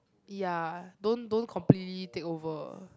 ya don't don't completely take over